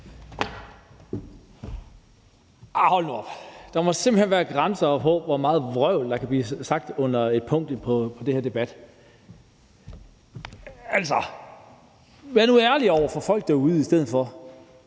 (UFG): Tak. Der må simpelt hen være grænser for, hvor meget vrøvl der kan blive sagt under et punkt i den her debat. Altså, vær nu i stedet for ærlige over for folk derude. Det her